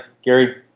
Gary